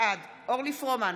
בעד אורלי פרומן,